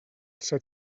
set